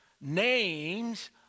names